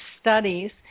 studies